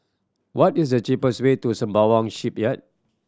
what is the cheapest way to Sembawang Shipyard